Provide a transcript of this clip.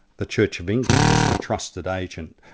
the church of england, was the trusted agent,